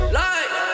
light